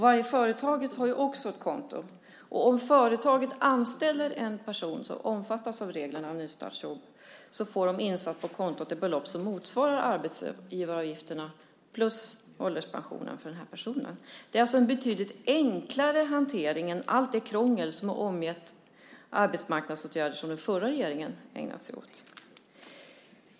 Varje företag har också ett konto, och om företaget anställer en person som omfattas av reglerna om nystartsjobb får företaget insatt på kontot ett belopp som motsvarar arbetsgivaravgifterna plus ålderspensionen för denna person. Det är alltså en betydligt enklare hantering än allt det krångel som har omgett de arbetsmarknadsåtgärder som den förra regeringen ägnat sig åt.